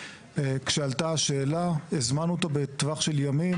כשעלתה השאלה הזמנו אותו בטווח של ימים,